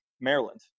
Maryland